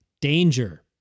danger